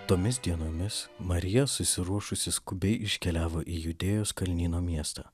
tomis dienomis marija susiruošusi skubiai iškeliavo į judėjos kalnyno miestą